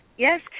Yes